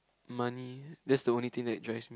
money that's the only thing that drives me